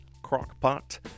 crockpot